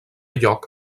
lloc